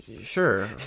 sure